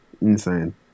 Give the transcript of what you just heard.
Insane